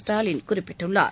ஸ்டாலின் குறிப்பிட்டுள்ளார்